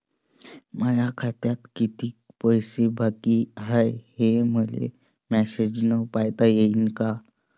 माया खात्यात कितीक पैसे बाकी हाय, हे मले मॅसेजन पायता येईन का?